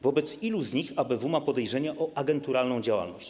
Wobec ilu z nich ABW ma podejrzenia o agenturalną działalność?